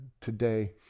Today